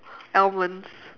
almonds